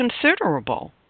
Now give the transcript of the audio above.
considerable